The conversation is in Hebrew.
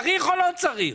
צריך או לא צריך?